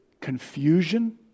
Confusion